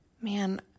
man